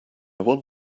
want